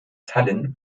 tallinn